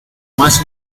más